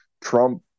Trump